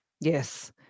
Yes